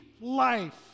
life